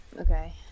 okay